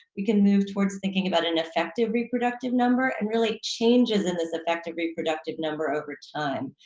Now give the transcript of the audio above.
we can move towards thinking about an effective reproductive number, and really changes in this effective reproductive number over time.